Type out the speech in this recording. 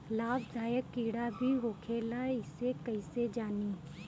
लाभदायक कीड़ा भी होखेला इसे कईसे जानी?